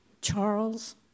Charles